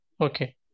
Okay